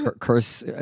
curse